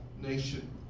nation